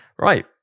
Right